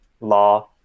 law